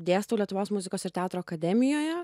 dėstau lietuvos muzikos ir teatro akademijoje